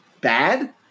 bad